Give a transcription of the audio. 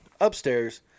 upstairs